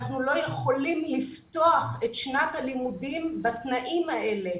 אנחנו לא יכולים לפתוח את שנת הלימודים בתנאי האלה.